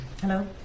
Hello